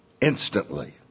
instantly